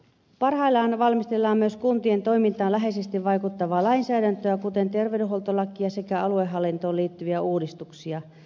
parhaillaan valmistellaan myös kuntien toimintaan läheisesti vaikuttavaa lainsäädäntöä kuten terveydenhuoltolakia sekä aluehallintoon liittyviä uudistuksia